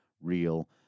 real